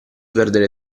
perdere